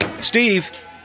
Steve